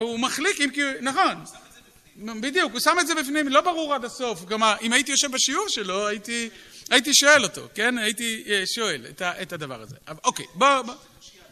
הוא מחליק נכון בדיוק הוא שם את זה בפנים לא ברור עד הסוף גם אם הייתי יושב בשיעור שלו הייתי הייתי שואל אותו כן הייתי שואל את הדבר הזה